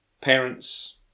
parents